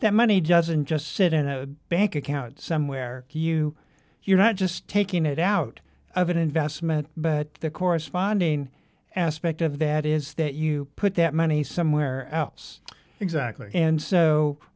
that money doesn't just sit in a bank account somewhere q you're not just taking it out of an investment but the corresponding aspect of that is that you put that money somewhere else exactly and so